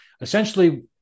Essentially